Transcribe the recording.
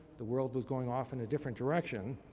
the world is going off in a different direction.